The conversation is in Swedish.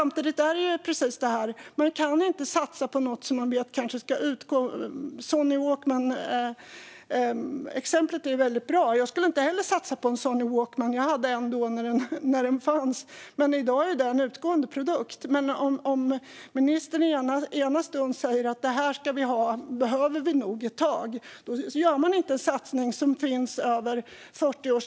Man kan heller inte satsa på något när man vet att det kanske ska utgå. Sony Walkman-exemplet är väldigt bra. Jag skulle heller inte satsa på en Sony Walkman. Jag hade en sådan när de fanns, men i dag är det en produkt som har utgått. Om ministern i ena stunden säger att vi behöver det här ett tag till vill man inte göra en satsning som ska finnas i 40 år.